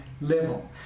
level